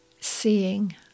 seeing